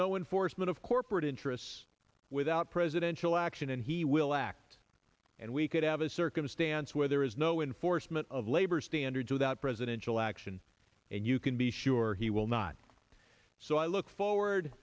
no enforcement of corporate interests without presidential action and he will act and we could have a circumstance where there is no in forstmann of labor standards without presidential action and you can be sure he will not so i look forward